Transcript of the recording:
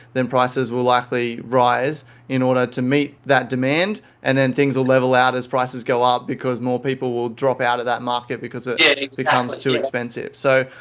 then prices will likely rise in order to meet that demand and then things will level out as prices go up because more people will drop out of that market because ah it becomes too expensive. jeremy